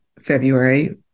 February